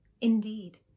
indeed